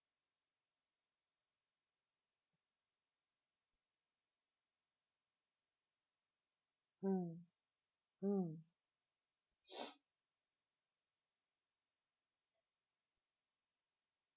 mm mm